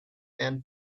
and